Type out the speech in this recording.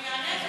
גם אענה.